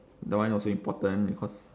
that one also important because